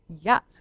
Yes